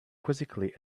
quizzically